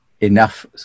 enough